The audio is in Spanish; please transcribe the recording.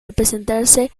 representarse